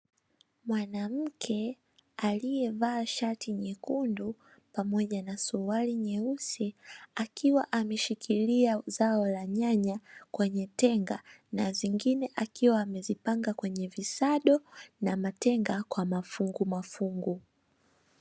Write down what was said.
Mwanamke aliyevaa shati nyekundu pamoja na suruali nyeusi, akiwa ameshikilia zao la nyanya kwenye tenga na zingine akiwa amezipanga kwenye visado na matenga kwa mafungumafungu.